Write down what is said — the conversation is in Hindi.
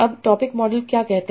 अब टॉपिक मॉडल क्या कहते हैं